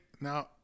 now